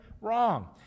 wrong